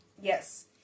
Yes